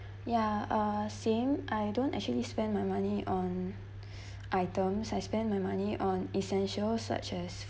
ya uh same I don't actually spend my money on items I spend my money on essentials such as